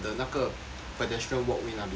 pedestrian walkway 那边